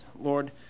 Lord